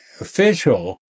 official